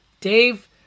Dave